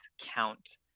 count